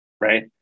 right